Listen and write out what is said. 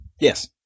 Yes